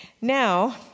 Now